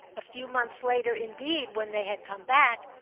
a few months later indeed, when they had come back,